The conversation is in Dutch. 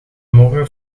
morgen